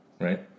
right